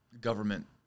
government